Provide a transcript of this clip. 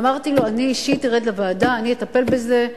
אמרתי לו שאני אישית ארד לוועדה, אני אטפל בזה.